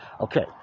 okay